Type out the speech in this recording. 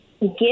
get